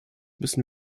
müssen